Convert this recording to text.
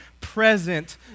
present